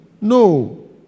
No